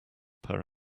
per